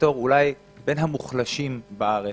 לסקטור אולי בין המוחלשים בארץ,